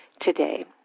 today